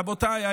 רבותיי,